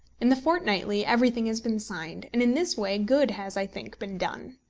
in the fortnightly everything has been signed, and in this way good has, i think, been done.